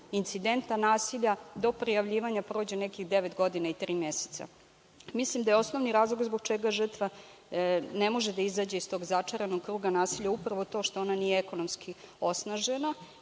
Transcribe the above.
incidenta nasilja do prijavljivanja prođe nekih devet godina i tri meseca. Mislim da je osnovni razlog zbog čega žrtva ne može da izađe iz tog začaranog kruga nasilja upravo to što ona nije ekonomski osnažena